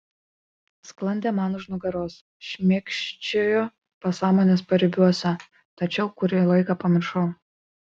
sklandė man už nugaros šmėkščiojo pasąmonės paribiuose tačiau kurį laiką pamiršau